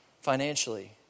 financially